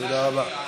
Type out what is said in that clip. תודה רבה.